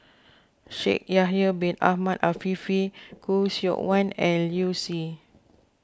Shaikh Yahya Bin Ahmed Afifi Khoo Seok Wan and Liu Si